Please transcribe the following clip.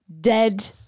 dead